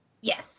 yes